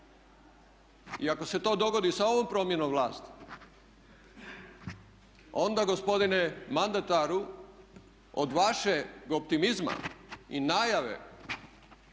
I ako se to dogodi sa ovom promjenom vlasti, onda gospodine mandataru od vašeg optimizma i najave